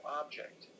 object